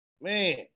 Man